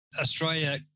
Australia